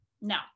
no